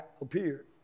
appeared